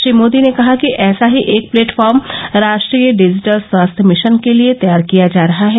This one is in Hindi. श्री मोदी ने कहा कि ऐसा ही एक प्लेटफॉर्म राष्ट्रीय डिजिटल स्वास्थ्य मिशन के लिए तैयार किया जा रहा है